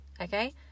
okay